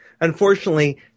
Unfortunately